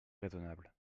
raisonnable